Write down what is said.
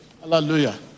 Hallelujah